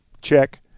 Check